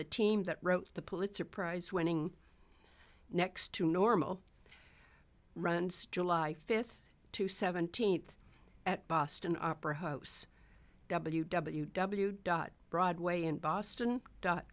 the team that wrote the pulitzer prize winning next to normal runs july fifth two seventeenth at boston opera hosts w w w dot broadway in boston dot